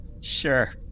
sure